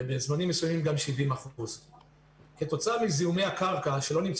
ובזמנים מסוימים גם 70%. כתוצאה מזיהומי הקרקע כשלא נמצא